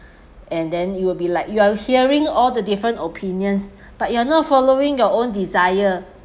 and then you will be like you're hearing all the different opinions but you're not following your own desires